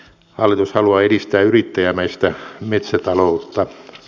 hallitus haluaa edistää yrittäjämäistä metsätaloutta